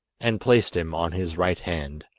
and placed him on his right hand.